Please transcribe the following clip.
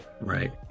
right